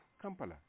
Kampala